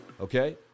Okay